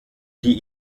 die